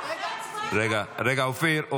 רגע, אופיר.